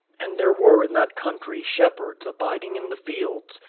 and there were in that country shepherds abiding in the fields,